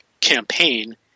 campaign